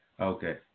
Okay